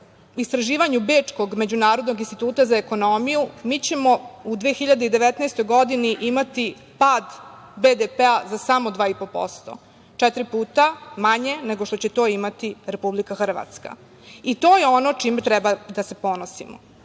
istraživanju Bečkog međunarodnog instituta za ekonomiju, mi ćemo u 2019. godini imati pad BDP-a za samo 2,5%. To je četiri puta manje nego što će to imati Republika Hrvatska. To je ono čime treba da se ponosimo.